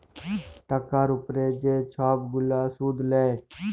টাকার উপরে যে ছব গুলা সুদ লেয়